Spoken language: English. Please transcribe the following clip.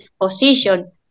position